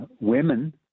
women